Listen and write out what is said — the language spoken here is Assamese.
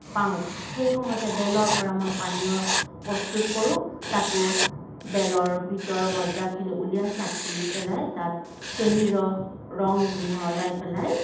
পাওঁ সেই সময়তে বেলৰ পৰা মই পানীয় প্ৰস্তুত কৰোঁ তাতো বেলৰ ভিতৰৰ মজ্জাখিনি ওলিয়াই চাকি পেলাই তাত চেনি ৰস ৰং মিহলাই পেলাই